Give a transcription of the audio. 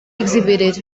exhibited